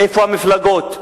איפה המפלגות?